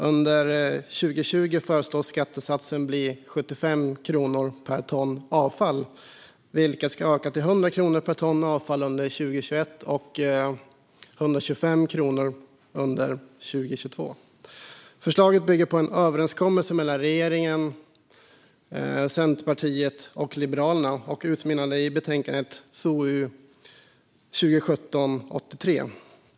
Under 2020 föreslås skattesatsen bli 75 kronor per ton avfall, vilket ska öka till 100 kronor under 2021 och 125 kronor under 2022. Förslaget bygger på en överenskommelse mellan regeringen, Centerpartiet och Liberalerna och har utmynnat ur betänkandet SOU 2017:83.